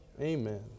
Amen